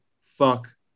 fuck